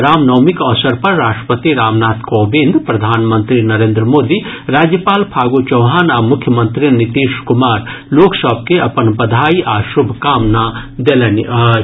रामनवमीक अवसर पर राष्ट्रपति रामनाथ कोविंद प्रधानमंत्री नरेन्द्र मोदी राज्यपाल फागू चौहान आ मुख्यमंत्री नीतीश कुमार लोक सभ के अपन बधाई आ शुभकामना देलनि अछि